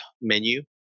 menu